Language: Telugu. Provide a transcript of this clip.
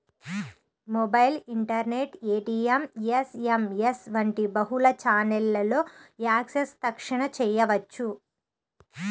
మొబైల్, ఇంటర్నెట్, ఏ.టీ.ఎం, యస్.ఎమ్.యస్ వంటి బహుళ ఛానెల్లలో యాక్సెస్ తక్షణ చేయవచ్చు